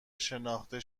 شناخته